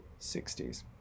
60s